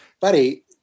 Buddy